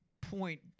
point